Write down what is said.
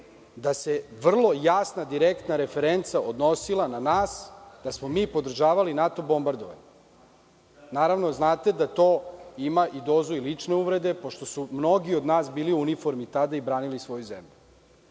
da se vrlo jasna, direktna referenca odnosila na nas da smo mi podržavali NATO bombardovanje. Naravno, znate da to ima i dozu lične uvrede, pošto su mnogi od nas bili u uniformi i branili svoju zemlju.